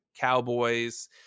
Cowboys